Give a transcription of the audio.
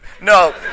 no